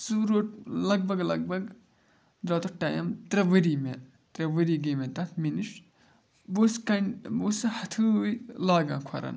سُہ روٚٹ لگ بگ لگ بگ درٛاو تَتھ ٹایم ترٛےٚ ؤری مےٚ ترٛےٚ ؤری گٔے مےٚ تَتھ مےٚ نِش بہٕ اوسُس کَن بہٕ اوسُس سُہ ہٮ۪تھٲۍ لاگان کھۄرن